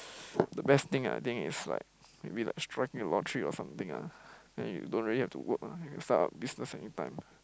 the best thing I think is like maybe like striking a lottery or something ah then you don't really have to work lah you start a business anytime